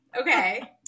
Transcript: Okay